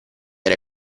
era